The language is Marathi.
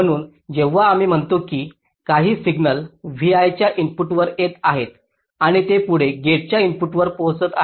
म्हणून जेव्हा आम्ही म्हणतो की काही सिग्नल vi च्या इनपुटवर येत आहेत आणि ते पुढील गेटच्या इनपुटवर पोहोचत आहेत